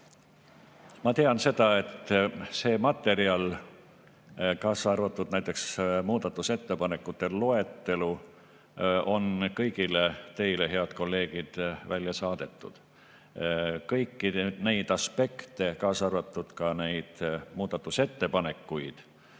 Ma tean seda, et see materjal, kaasa arvatud näiteks muudatusettepanekute loetelu, on kõigile teile, head kolleegid, välja saadetud. Kõiki neid aspekte, kaasa arvatud muudatusettepanekuid,